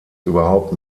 überhaupt